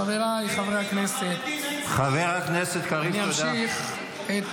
חבריי חברי הכנסת --- ועם החרדים אין סיכום?